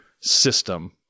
system